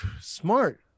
Smart